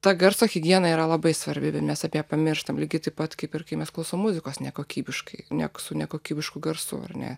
ta garso higiena yra labai svarbi mes apie ją pamirštam lygiai taip pat kaip ir kai mes klausom muzikos nekokybiškai net su nekokybišku garsu ar ne